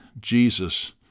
Jesus